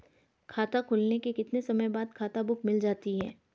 खाता खुलने के कितने समय बाद खाता बुक मिल जाती है?